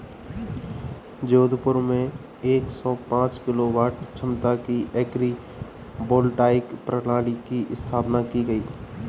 जोधपुर में एक सौ पांच किलोवाट क्षमता की एग्री वोल्टाइक प्रणाली की स्थापना की गयी